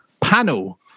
panel